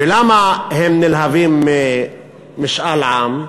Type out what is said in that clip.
ולמה הם נלהבים ממשאל עם?